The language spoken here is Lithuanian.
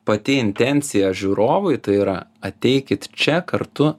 pati intencija žiūrovui tai yra ateikit čia kartu